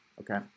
Okay